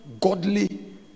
godly